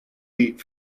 eat